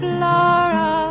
Flora